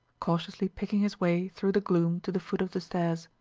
cautiously picking his way through the gloom to the foot of the stairs.